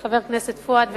חבר הכנסת פואד,